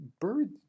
bird